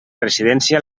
residència